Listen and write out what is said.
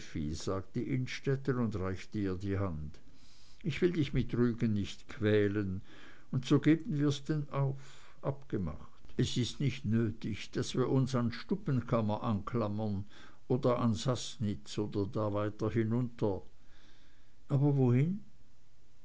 effi sagte innstetten und reichte ihr die hand ich will dich mit rügen nicht quälen und so geben wir's denn auf abgemacht es ist nicht nötig daß wir uns an stubbenkammer anklammern oder an saßnitz oder da weiter hinunter aber wohin